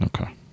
Okay